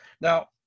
now